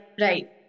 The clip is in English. right